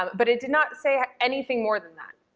but it did not say anything more than that,